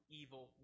evil